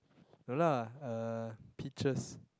no lah uh peaches